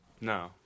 No